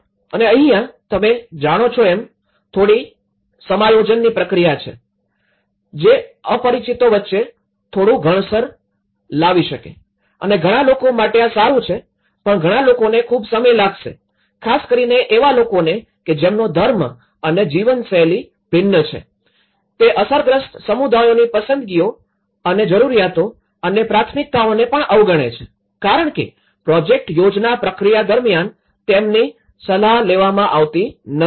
અને અહીંયા તમે જાણો છો એમ થોડી સમાયોજનની પ્રક્રિયા છે જે અપરિચિતો વચ્ચે થોડું ઘર્ષણ લાવી શકે અને ઘણા લોકો માટે આ સારું છે પણ ઘણા લોકોને ખુબ સમય લાગશે ખાસ કરી ને એવા લોકોને કે જેમનો ધર્મ અને જીવનશૈલી ભિન્ન છે તે અસરગ્રસ્ત સમુદાયોની પસંદગીઓ અને જરૂરિયાતો અને પ્રાથમિકતાઓને પણ અવગણે છે કારણકે પ્રોજેક્ટ યોજના પ્રક્રિયા દરમ્યાન તેમની સલાહ લેવામાં આવતી નથી